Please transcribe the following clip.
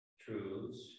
truths